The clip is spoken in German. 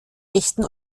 echten